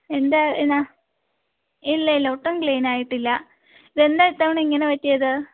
എന്താ ഇല്ലയില്ല ഒട്ടും ക്ലീനായിട്ടില്ല ഇതെന്താ ഇത്തവണ ഇങ്ങനെ പറ്റിയത്